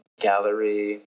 gallery